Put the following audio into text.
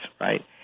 Right